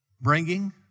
bringing